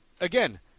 again